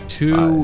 two